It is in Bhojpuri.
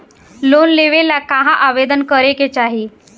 लोन लेवे ला कहाँ आवेदन करे के चाही?